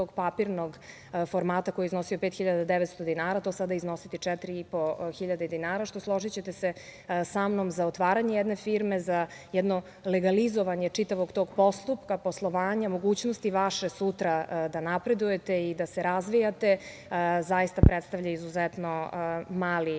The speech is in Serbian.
papirnog formata, koji je iznosio 5.900 dinara, to sada iznositi 4.500 dinara, što složićete se sa mnom, za otvaranje jedne firme, za jedno legalizovanje čitavog tog postupka poslovanja, mogućnosti vaše sutra da napredujete i da se razvijate, zaista predstavlja izuzetno mali